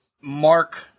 Mark